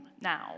now